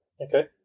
Okay